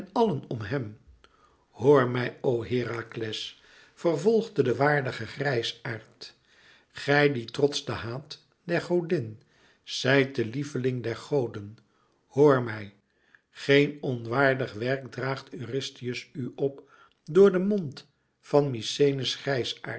om hem hoor mij o herakles vervolgde de waardige grijsaard gij die trots de haat der godin zijt de lieveling der goden hoor mij geen onwaardig werk draagt eurystheus u op door den mond van mykenæ's